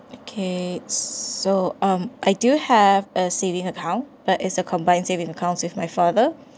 okay so um I do have a saving account but is a combined savings accounts with my father